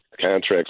contracts